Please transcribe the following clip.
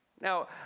now